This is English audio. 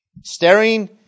staring